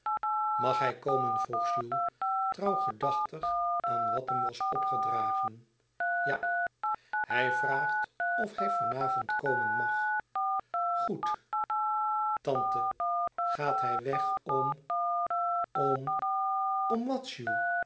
mag hij komen vroeg jules trouw gedachtig aan wat hem was opgedragen ja hij vraagt of hij van avond komen mag goed tante gaat hij weg om om om